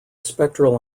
spectral